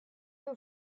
who